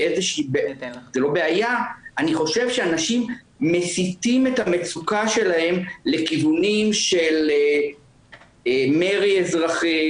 אני חושב שאנשים מסיטים את המצוקה שלהם לכיוונים של מרי אזרחי,